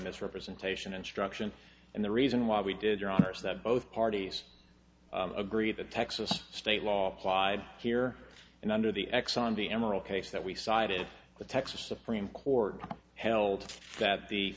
misrepresentation instruction and the reason why we did your arse that both parties agree the texas state law applied here and under the x on the emerald case that we cited the texas supreme court held that the